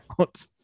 out